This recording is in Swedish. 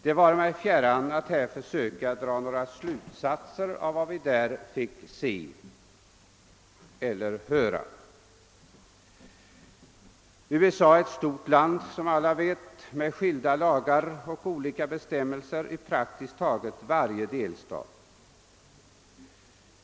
Det vare mig fjärran att här försöka åra några slutsatser av vad vi där fick se eller höra. USA är ett stort land, som alla vet, med skilda lagar och olika bestämmelser i praktiskt taget varje delstat.